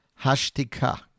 Hashtika